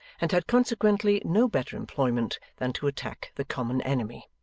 and had consequently no better employment than to attack the common enemy.